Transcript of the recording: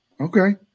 Okay